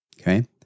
okay